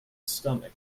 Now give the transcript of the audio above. stomach